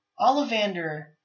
Ollivander